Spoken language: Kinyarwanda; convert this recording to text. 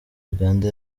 uganda